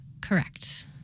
Correct